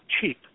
cheap